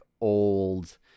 old